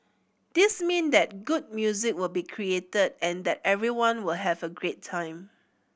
this mean that good music will be created and that everyone will have a great time